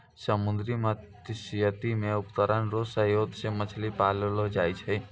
समुन्द्री मत्स्यिकी मे उपकरण रो सहयोग से मछली पाललो जाय छै